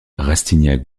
rastignac